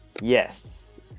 Yes